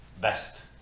best